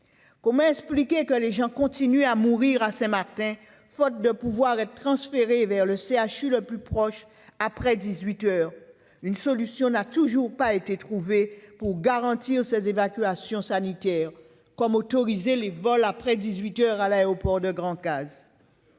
Comment expliquer que les gens continuent à mourir à Saint-Martin faute de pouvoir être transférés vers le CHU le plus proche après dix-huit heures ? Une solution n'a toujours pas été trouvée pour garantir ces évacuations sanitaires, par exemple en autorisant les vols après dix-huit heures au départ de l'aéroport de Grand-Case.